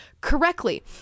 correctly